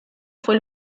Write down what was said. fue